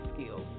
skills